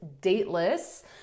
dateless